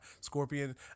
Scorpion